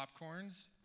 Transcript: popcorns